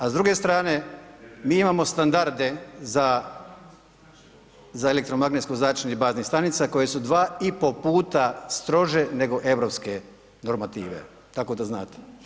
A s druge strane mi imamo standarde za elektromagnetsko zračenje baznih stanica koje su dva i pol puta strože nego europske normative tako da znate.